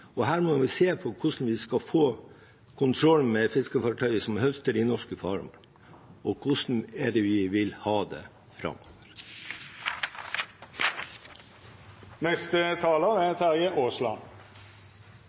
Her må vi se på hvordan vi skal få kontroll med fiskefartøy som høster i norsk farvann, og hvordan det er vi vil ha det framover.